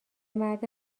مرد